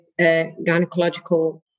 gynecological